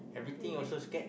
English please